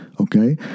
Okay